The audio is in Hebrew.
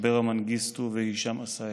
אברה מנגיסטו והישאם א-סייד.